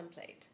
template